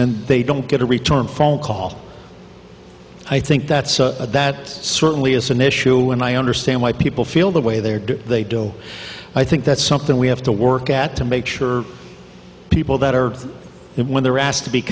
and they don't get a return phone call i think that's a that certainly is an issue and i understand why people feel the way they are do they do i think that's something we have to work at to make sure people that are when they're asked to be